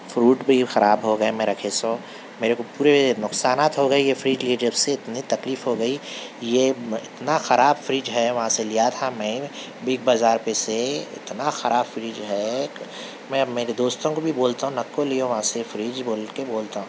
fruit بھی خراب ہو گئے میں رکھے سو میرے کو پورے نقصانات ہو گئے یہ فریج لیے جب سے اتنی تکلیف ہو گئی یہ میں اتنا خراب فریج ہے وہاں سے لیا تھا میں بگ بازار پہ سے اتنا خراب فریج ہے میں اب میرے دوستوں کو بھی بولتا ہوں نکو لیو وہاں سے فریج بول کے بولتا ہوں